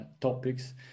topics